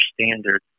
standard